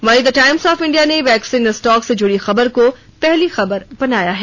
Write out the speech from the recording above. वहीं The Times of India ने vaccine stock से जुड़ी खबर को पहली खबर बनाया है